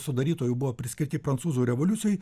sudarytojų buvo priskirti prancūzų revoliucijai